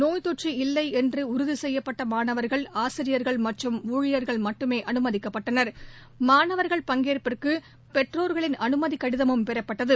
நோய் தொற்று இல்லைஎன்றுதிசெய்யப்பட்டமாணவர்கள் ஆசிரியர்கள் மற்றும் ஊழியர்கள் மட்டுமேஅனுமதிக்கப்பட்டனர் மாணவா்கள் பங்கேற்புக்குபெற்றோா்களின் அனுமதிகடிதமும் பெறப்பட்டது